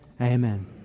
Amen